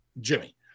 jimmy